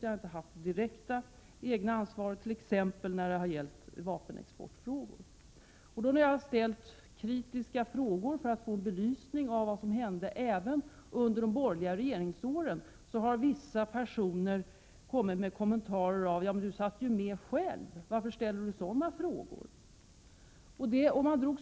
Jag hade inte haft ett direkt eget ansvar, t.ex. när det gällde vapenexportfrågor. Då jag har ställt kritiska frågor i utskottet för att få en belysning av vad som hände även under de borgerliga regeringsåren, så har vissa personer gjort den här kommentaren: Du satt ju med själv. Varför ställer du sådana här frågor?